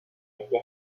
été